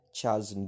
Charles